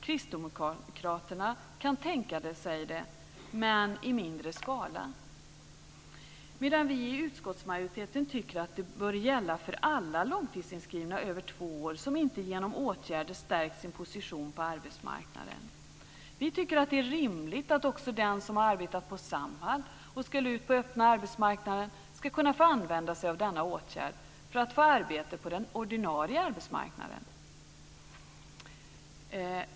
Kristdemokraterna kan tänka sig det, men i mindre skala, medan vi i utskottsmajoriteten tycker att det bör gälla för alla som varit långtidsinskrivna över två år och inte genom åtgärder stärkt sin position på arbetsmarknaden. Vi tycker att det är rimligt att också den som arbetat på Samhall och ska ut på öppna arbetsmarknaden ska kunna få använda sig av denna åtgärd för att få arbete på den ordinarie arbetsmarknaden.